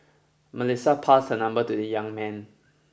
Melissa passed her number to the young man